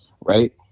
right